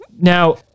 Now